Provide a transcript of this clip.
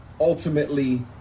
ultimately